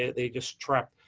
they're just trapped.